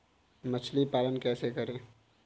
मछली पालन कैसे करें?